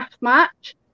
match